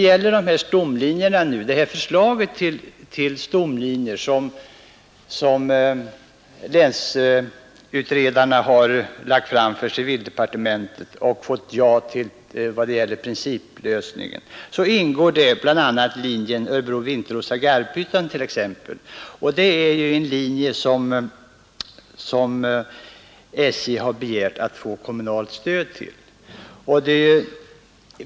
I förslaget till stomlinjer, som länsutredarna har förelagt civildepartementet och fått ja till i vad gäller principlösningen, ingår bl.a. linjen Örebro—Vintrosa—Garphyttan, och SJ har begärt att få kommunalt stöd till denna linje.